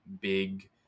big